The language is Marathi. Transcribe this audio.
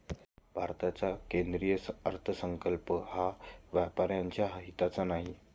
भारताचा केंद्रीय अर्थसंकल्प हा व्यापाऱ्यांच्या हिताचा नाही